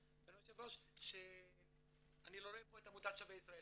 אדוני היושב-ראש שאני לא רואה פה את עמותת "שבי ישראל".